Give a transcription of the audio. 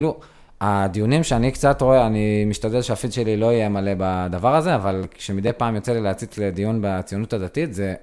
לא, הדיונים שאני קצת רואה, אני משתדל שהפיד שלי לא יהיה מלא בדבר הזה, אבל כשמדי פעם יוצא לי להציץ לדיון בציונות הדתית זה...